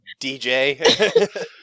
DJ